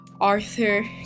Arthur